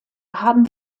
haben